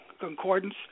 concordance